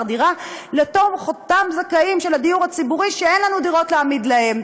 דירה לאותם זכאים של הדיור הציבורי שאין לנו דירות להעמיד להם.